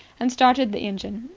and started the engine.